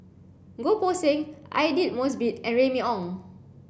Goh Poh Seng Aidli Mosbit and Remy Ong